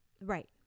Right